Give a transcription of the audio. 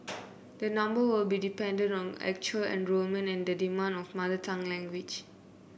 the number will be dependent on actual enrolment and the demand for mother tongue language